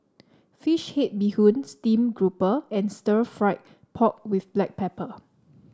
fish head Bee Hoon stream grouper and Stir Fried Pork with Black Pepper